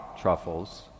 truffles